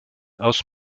aus